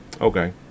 Okay